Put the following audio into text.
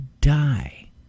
die